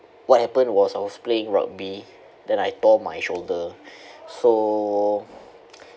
what happened was I was playing rugby then I tore my shoulder so